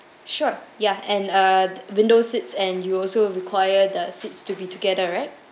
sure ya and uh window seats and you also require the seats to be together right